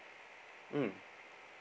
mm